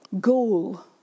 goal